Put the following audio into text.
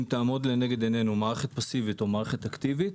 אם תעמוד לנגד עניינו מערכת פאסיבית או מערכת אקטיבית,